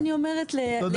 אתה יודע מה,